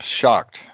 shocked